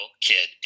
kid